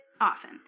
often